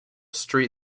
street